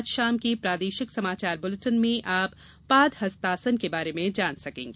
आज शाम के प्रादेशिक समाचार बुलेटिन में आप पादहस्तासन के बारे में जान सकते हैं